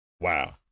Wow